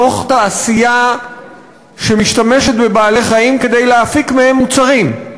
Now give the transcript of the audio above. מתוך תעשייה שמשתמשת בבעלי-חיים כדי להפיק מהם מוצרים.